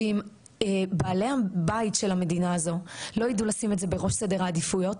אם בעלי הבית של המדינה הזו לא ידעו לשים את זה בראש סדר העדיפויות,